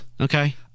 Okay